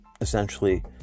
essentially